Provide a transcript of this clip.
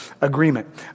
agreement